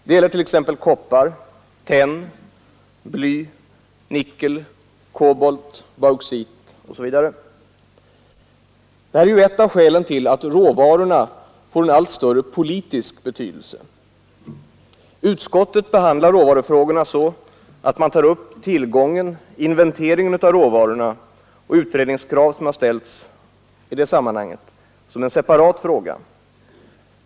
Det gäller t.ex. koppar, tenn, bly, nickel, kobolt, bauxit osv. Detta är ett av skälen till att råvarorna får en allt större politisk betydelse. Utskottet behandlar råvarufrågorna så att man tar upp tillgången, inventeringen av råvaror, och de utredningskrav som har ställts i det sammanhanget som en separat fråga.